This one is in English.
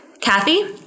Kathy